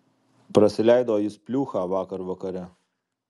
prasileido jis pliūchą vakar vakare